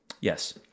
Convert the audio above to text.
Yes